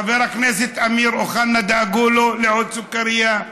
חבר הכנסת אמיר אוחנה, דאגו לו לעוד סוכרייה.